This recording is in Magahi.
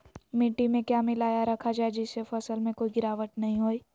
मिट्टी में क्या मिलाया रखा जाए जिससे फसल में कोई गिरावट नहीं होई?